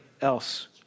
else